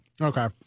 Okay